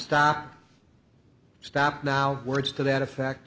stop stop now words to that effect